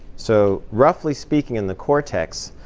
so roughly speaking, in the cortex,